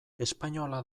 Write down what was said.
espainola